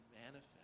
manifest